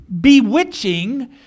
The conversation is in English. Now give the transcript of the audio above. bewitching